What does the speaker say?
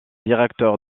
directeur